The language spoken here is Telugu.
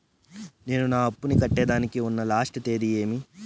నేను నా అప్పుని కట్టేదానికి ఉన్న లాస్ట్ తేది ఏమి?